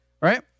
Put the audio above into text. right